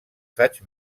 faig